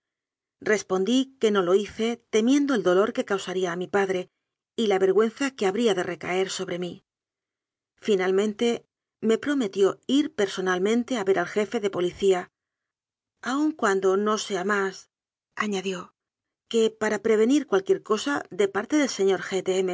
respondí que no lo hice temiendo el dolor que causaría a mi padre y la vergüenza que habría de recaer sobre mí finalmente me prometió ir per sonalmente a ver al jefe de policía aun cuando no sea másañadióque para prevenir cualquier cosa de parte del señor